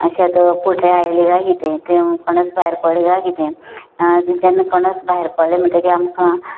शेत पोट्या येयला काय किदें तें कणस भायर पडलां काय किदें जेन्ना कणस भायर पडलें म्हणटगी आमकां